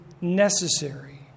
necessary